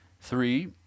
Three